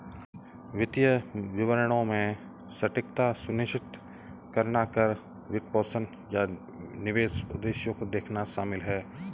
वित्तीय विवरणों में सटीकता सुनिश्चित करना कर, वित्तपोषण, या निवेश उद्देश्यों को देखना शामिल हैं